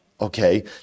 Okay